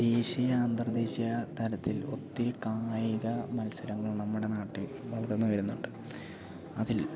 ദേശീയ അന്തർദേശീയ തലത്തിൽ ഒത്തിരി കായിക മത്സരങ്ങൾ നമ്മുടെ നാട്ടിൽ വളർന്ന് വരുന്നുണ്ട് അതിൽ